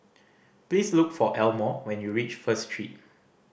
please look for Elmore when you reach First Street